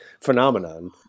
phenomenon